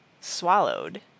swallowed